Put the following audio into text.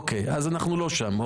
אוקיי, אנחנו לא שם.